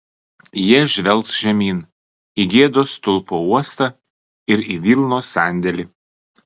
jie žvelgs žemyn į gėdos stulpo uostą ir į vilnos sandėlį